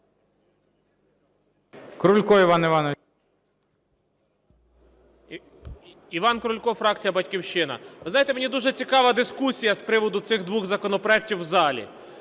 КРУЛЬКО І.І. Іван Крулько, Фракція "Батьківщина". Ви знаєте, мені дуже цікава дискусія з приводу цих двох законопроектів в залі,